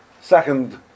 second